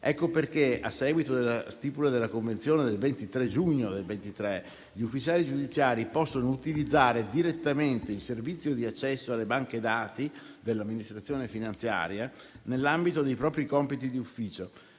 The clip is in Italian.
Ecco perché, a seguito della stipula della convenzione del 23 giugno 2023, gli ufficiali giudiziari possono utilizzare direttamente il servizio di accesso alle banche dati dell'amministrazione finanziaria nell'ambito dei propri compiti di ufficio,